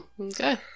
Okay